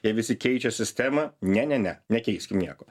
jie visi keičia sistemą ne ne ne nekeiskim nieko